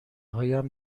هایم